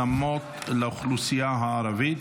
התאמות לאוכלוסייה הערבית,